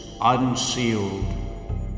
unsealed